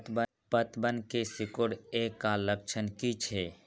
पतबन के सिकुड़ ऐ का लक्षण कीछै?